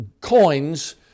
coins